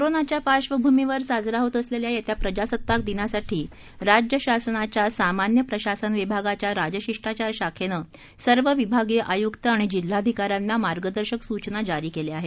कोरोनाच्या पार्श्वभूमीवर साजरा होत असलेल्या येत्या प्रजासत्ताक दिनासाठी राज्यशासनाच्या सामान्य प्रशासन विभागाच्या राजशिष्टाचार शाखेनं सर्व विभागीय आयुक्त आणि जिल्हाधिकाऱ्यांना मार्गदर्शक सूचना जारी केल्या आहेत